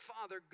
father